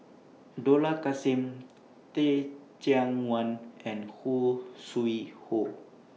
Dollah Kassim Teh Cheang Wan and Khoo Sui Hoe